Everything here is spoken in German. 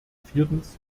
viertens